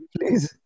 Please